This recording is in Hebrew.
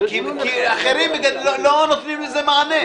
כי אחרים לא נותנים לזה מענה.